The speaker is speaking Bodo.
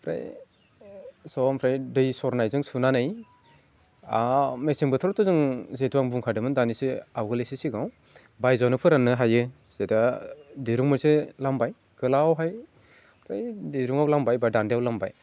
ओमफ्राय स' ओमफ्राय दै सरनायजों सुनानै मेसें बोथोरावथ' जों जिहेतु आं बुंखादोमोन दानैसो आवगोल एसे सिगाङाव बायजोआवनो फोराननो हायो जे दा दिरुं मोनसे नांबाय गोलावहाय ओमफ्राय दिरुङाव लामबाय बा दान्दायाव लामबाय